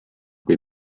kui